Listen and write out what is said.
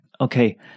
okay